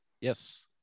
Yes